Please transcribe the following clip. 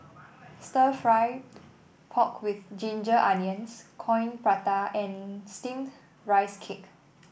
Stir Fried Pork with Ginger Onions Coin Prata and steamed Rice Cake